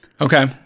Okay